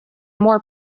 more